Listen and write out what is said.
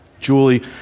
Julie